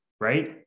Right